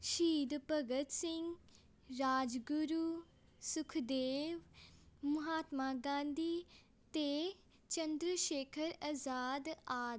ਸ਼ਹੀਦ ਭਗਤ ਸਿੰਘ ਰਾਜਗੁਰੂ ਸੁਖਦੇਵ ਮਹਾਤਮਾ ਗਾਂਧੀ ਅਤੇ ਚੰਦਰਸ਼ੇਖਰ ਆਜ਼ਾਦ ਆਦਿ